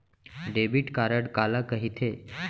Debit card काला कहिथे?